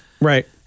Right